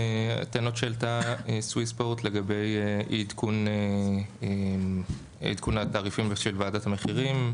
הטענות שהעלתה סוויספורט לגבי עדכון התעריפים של ועדת המחירים,